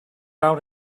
out